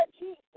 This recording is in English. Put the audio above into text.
Jesus